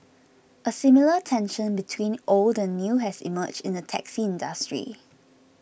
a similar tension between old and new has emerged in the taxi industry